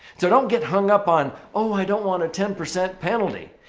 so don't get hung up on, oh, i don't want a ten percent penalty.